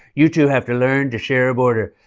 you two have to learn to share a border.